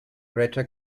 greta